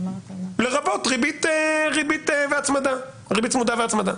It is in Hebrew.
לרבות ריבית צמודה והצמדה.